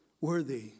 worthy